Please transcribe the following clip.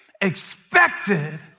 expected